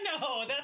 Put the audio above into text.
No